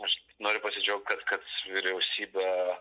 aš noriu pasidžiaugt kad kad vyriausybė